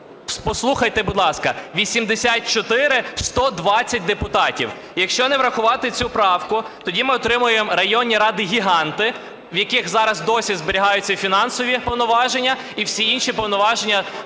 Послухайте, будь ласка. 84-20 депутатів. Якщо не врахувати цю правку, тоді ми отримаємо районні ради-гіганти, в яких зараз досі зберігаються фінансові повноваження і всі інші повноваження